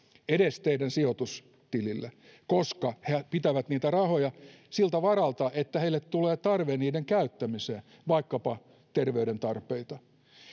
edes teidän sijoitustilille koska he pitävät niitä rahoja siltä varalta että heille tulee tarve niiden käyttämiseen vaikkapa terveyden tarpeita